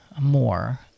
more